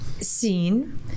seen